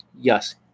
Yes